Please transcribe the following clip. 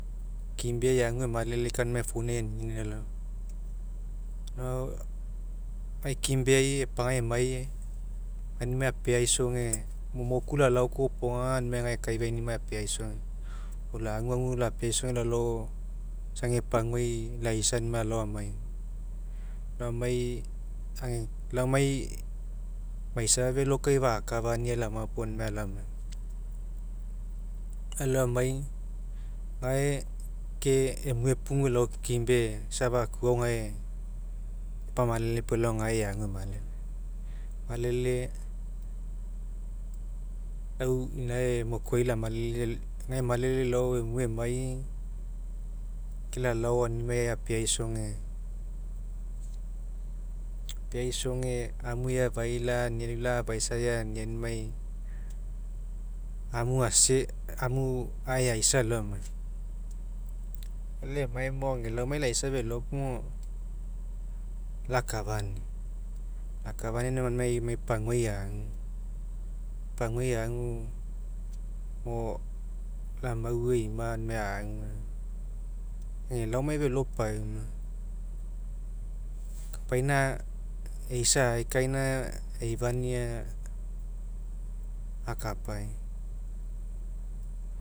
Kimbe eagu emalele kai aunima phone ai aniniani alao amai gae kimbe ai epagai emai aunimai apeaisage mo'o moku lalao isa ega paguai laisa alao amai, alao amai, alao amai, age laomai faisa felo kai fa'a kafania, po aunimai alaoamai. Alao amai gae, ke emue pugu elao ke kimbe isa afakua agao gae epamalele puo elao gae, eagu kai gae emalele, e malele lau inae mokuoi lamalele, egae emalele elao emue emai ke lalao aunimai epeaisoge, apeaisoge amuefai lau lania lau lafaisa isa eania, animai amu amu aeisa alao amai, elao emai, age laomai laisa felo po lakafania, lakafania, lakafania aunimai amai paguai aguega, paguai agumo lau amau emima, aunimai agu, ega laomai felo pauma, kapaina eisa ae kaina eifania akapai.